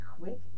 quick